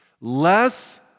Less